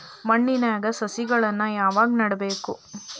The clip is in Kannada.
ಮಣ್ಣಿನ್ಯಾಗ್ ಸಸಿಗಳನ್ನ ಯಾವಾಗ ನೆಡಬೇಕು?